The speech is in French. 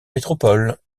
métropole